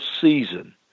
season